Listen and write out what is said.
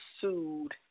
sued